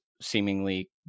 seemingly